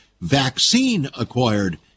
vaccine-acquired